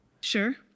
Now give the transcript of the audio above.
Sure